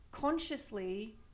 consciously